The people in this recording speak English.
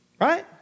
right